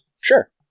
sure